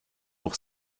pour